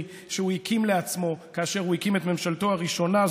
שהוא הקים לעצמו כאשר הוא הקים את ממשלתו הראשונה,